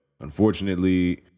unfortunately